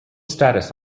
status